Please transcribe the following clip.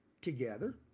together